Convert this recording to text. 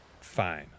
Fine